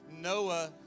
Noah